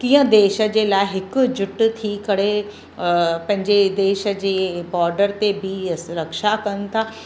कीअं देश जे लाइ हिकु जुट थी करे पंहिंजे देश जे बॉडर ते बीह अस रक्षा कनि था